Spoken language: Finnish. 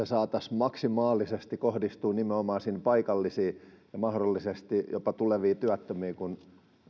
saataisiin maksimaalisesti kohdistumaan nimenomaan sinne paikallisiin ja mahdollisesti jopa tuleviin työttömiin kun